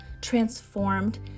transformed